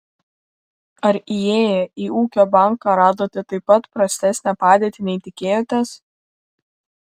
ar įėję į ūkio banką radote taip pat prastesnę padėtį nei tikėjotės